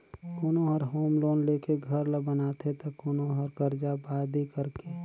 कोनो हर home loan लेके घर ल बनाथे त कोनो हर करजा बादी करके